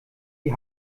die